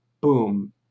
boom